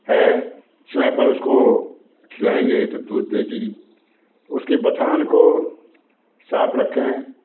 है समय पर उसको खिलाएंगे तो दूध देगी उसके बथान को साफ रखें